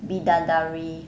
bidadari